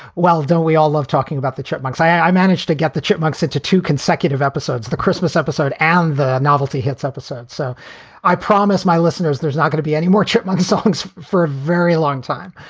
well, don't we all love talking about the chipmunks? i ah i managed to get the chipmunks into two consecutive episodes, the christmas episode and the novelty hits episode. so i promise my listeners there's not going to be any more chipmunk songs for a very long time.